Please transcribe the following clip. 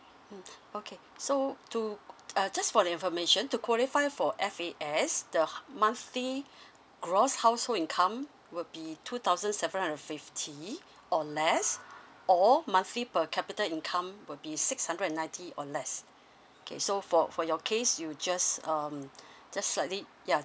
okay so to uh just for the information to qualify for F_A_S the monthly gross household income will be two thousand seven hundred and fifty or less or monthly per capita income will be six hundred and ninety or less okay so for for your case you just um just slightly ya